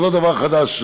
זה לא דבר חדש,